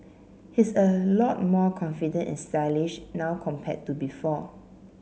he's a lot more confident and stylish now compared to before